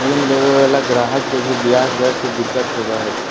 ऋण लेवे वाला गाहक के भी ब्याज दर से दिक्कत होवो हय